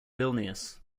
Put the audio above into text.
vilnius